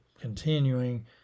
continuing